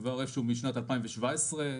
כבר משנת 2017,